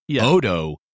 Odo